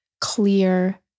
clear